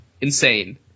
insane